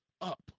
up